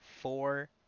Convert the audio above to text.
four